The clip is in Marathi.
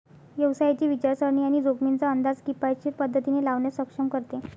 व्यवसायाची विचारसरणी आणि जोखमींचा अंदाज किफायतशीर पद्धतीने लावण्यास सक्षम करते